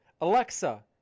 Alexa